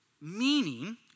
Meaning